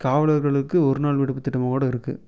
காவலர்களுக்கு ஒரு நாள் விடுப்பு திட்டமோட இருக்கு